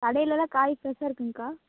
கடையிலெலாம் காய் ஃப்ரெஷ்ஷாக இருக்காங்க்கா